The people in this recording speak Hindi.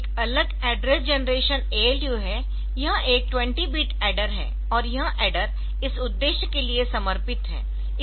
एक अलग एड्रेस जनरेशन ALU है यह एक 20 बिट ऐडर है और यह ऐडर इस उद्देश्य के लिए समर्पित है